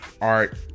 art